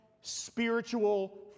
spiritual